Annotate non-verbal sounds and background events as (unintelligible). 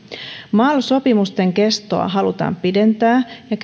mal sopimusten kestoa halutaan pidentää ja (unintelligible)